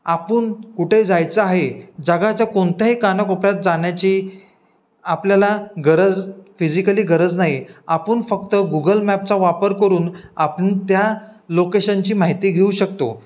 आपण कुठे जायचं आहे जगाच्या कोणत्याही कानाकोपऱ्यात जाण्याची आपल्याला गरज फिजिकली गरज नाही आपण फक्त गुगल मॅपचा वापर करून आपण त्या लोकेशनची माहिती घेऊ शकतो